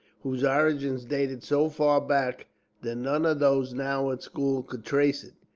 whose origin dated so far back that none of those now at school could trace it.